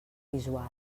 visual